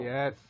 Yes